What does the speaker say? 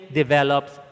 develops